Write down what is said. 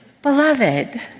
Beloved